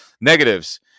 negatives